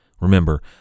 Remember